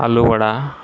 आलू vada